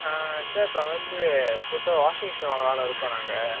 ஆ sir இப்போ வந்து புதுசா வாஷிங்மிஷின் வாங்கலாம்னு இருக்கோம் நாங்கள்